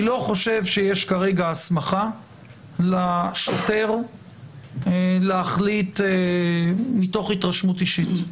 אני לא חושב שיש כרגע הסמכה לשוטר להחליט מתוך התרשמות אישית.